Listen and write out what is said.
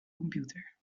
computer